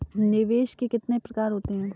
निवेश के कितने प्रकार होते हैं?